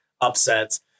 upsets